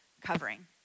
covering